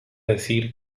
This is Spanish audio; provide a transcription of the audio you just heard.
decir